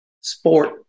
sport